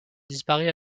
disparaît